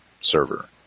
server